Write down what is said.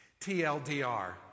TLDR